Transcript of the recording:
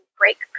break